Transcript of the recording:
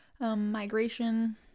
migration